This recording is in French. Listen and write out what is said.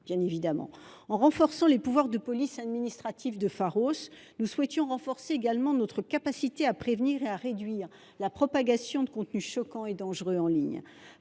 sont exposés. En renforçant les pouvoirs de police administrative de Pharos, nous entendions renforcer également notre capacité à prévenir et à endiguer la propagation de contenus choquants et dangereux en ligne.